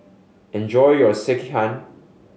enjoy your Sekihan